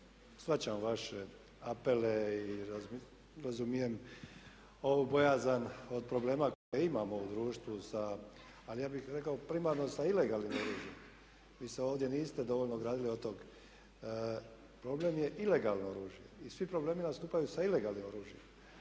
shvaćam vaše apele i razumijem ovu bojazan od problema koje imamo u društvu, ali ja bih rekao primarno sa ilegalnim oružjem. Vi se ovdje niste dovoljno ogradili od toga. Problem je ilegalno oružje i svi problemi nastupaju sa ilegalnim oružjem.